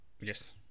Yes